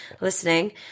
listening